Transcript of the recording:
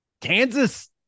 Kansas